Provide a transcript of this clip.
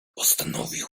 postanowił